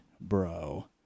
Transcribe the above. bro